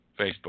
Facebook